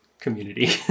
community